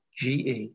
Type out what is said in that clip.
GE